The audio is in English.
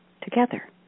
together